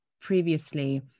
previously